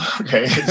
Okay